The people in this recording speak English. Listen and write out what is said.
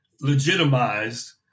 legitimized